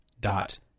dot